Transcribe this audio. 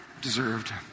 deserved